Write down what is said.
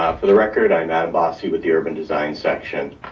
um for the record, i am at a bossy with the urban design section,